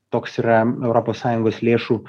toks yra europos sąjungos lėšų